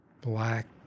Black